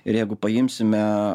ir jeigu paimsime